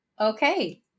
Okay